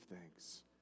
thanks